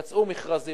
יצאו מכרזים.